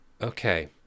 Okay